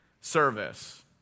Service